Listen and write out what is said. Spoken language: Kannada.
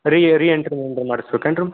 ರೀ ರೀ ಎಂಟ್ರಿ ಏನ್ರ ಮಾಡಸ್ಬೇಕು ಏನು ರೀ